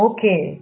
Okay